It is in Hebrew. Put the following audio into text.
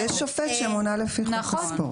יש שופט שמונה לפי חוק הספורט.